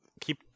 keep